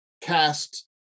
cast